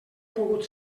pogut